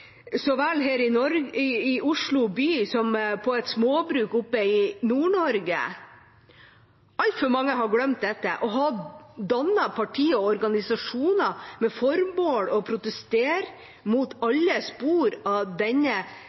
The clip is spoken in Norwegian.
så vel her i Oslo by som på et småbruk oppe i Nord-Norge. Altfor mange har glemt dette og har dannet partier og organisasjoner med formål om å protestere mot alle spor av denne